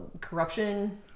corruption